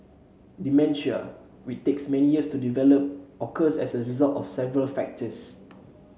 dementia which takes many years to develop occurs as a result of several factors